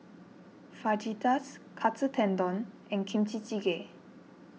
Fajitas Katsu Tendon and Kimchi Jjigae